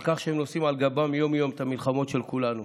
על כך שהם נושאים על גבם יום-יום את המלחמות של כולנו.